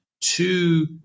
two